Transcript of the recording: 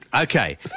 Okay